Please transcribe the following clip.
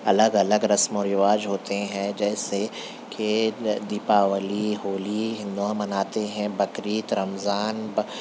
الگ الگ رسم و رواج ہوتے ہیں جیسے کہ دیپاولی ہولی ہندو مناتے ہیں بقرعید رمضان